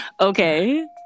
Okay